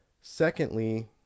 Secondly